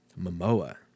Momoa